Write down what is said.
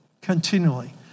continually